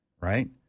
right